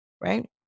right